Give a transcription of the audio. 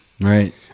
Right